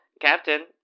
Captain